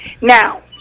Now